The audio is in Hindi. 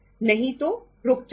नहीं तो रुक जाएंगे